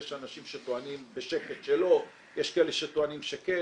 יש אנשים שטוענים בשקט שלא, יש כאלה שטוענים שכן.